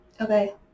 okay